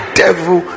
devil